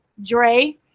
Dre